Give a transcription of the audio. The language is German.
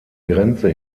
grenze